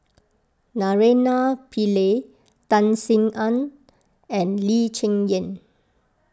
Naraina Pillai Tan Sin Aun and Lee Cheng Yan